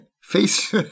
face